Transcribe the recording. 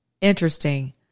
interesting